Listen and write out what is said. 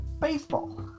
baseball